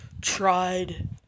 tried